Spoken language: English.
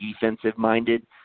defensive-minded